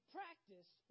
practice